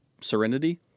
Serenity